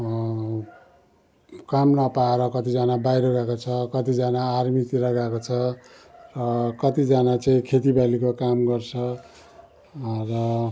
काम नपाएर कतिजना बाहिर गएको छ कतिजना आर्मीतिर गएको छ कतिजना चाहिँ खेतीबालीको काम गर्छ र